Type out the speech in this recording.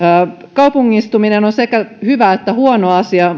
kaupungistuminen on sekä hyvä että huono asia